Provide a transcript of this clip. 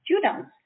students